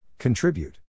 Contribute